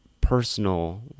personal